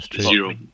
Zero